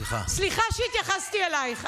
סליחה שהתייחסתי אלייך.